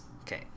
okay